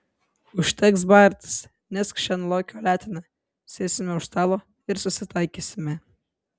užteks bartis nešk šen lokio leteną sėsime už stalo ir susitaikysime